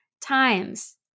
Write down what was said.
times